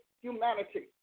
humanity